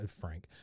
Frank